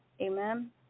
amen